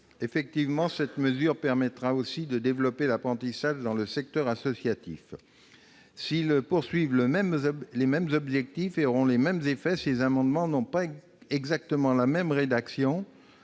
Une telle mesure permettra en effet de développer l'apprentissage dans le secteur associatif. S'ils poursuivent les mêmes objectifs et doivent avoir les mêmes effets, ces amendements n'ont pas exactement la même rédaction.